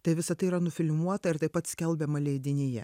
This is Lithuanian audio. tai visa tai yra nufilmuota ir taip pat skelbiama leidinyje